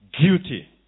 guilty